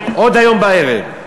עוד היום בערב.